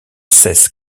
cesse